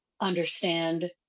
understand